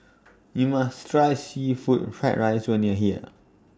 YOU must Try Seafood Fried Rice when YOU Are here